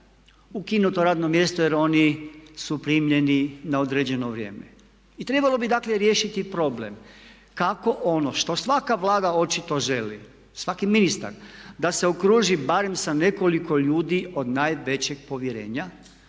ukinuto radno mjesto jer oni su primljeni na određeno vrijeme. I trebalo bi dakle riješiti problem kako ono što svaka Vlada očito želi, svaki ministar da se okruži barem sa nekoliko ljudi od najvećeg povjerenja